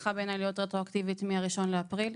צריכה להיות רטרואקטיבית מהאחד באפריל.